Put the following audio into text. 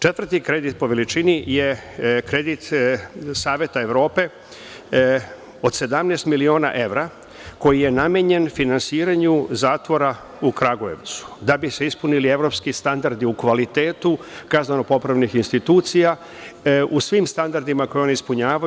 Četvrti kredit po veličini je kredit Saveta Evrope od 17 miliona evra, koji je namenjen finansiranju zatvora u Kragujevcu, da bi se ispunili evropski standardi u kvalitetu kazneno-popravnih institucija u svim standardima koje one ispunjavaju.